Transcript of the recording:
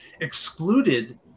excluded